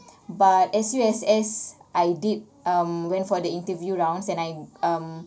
but S_U_S_S I did um went for the interview rounds and I um